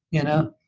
you know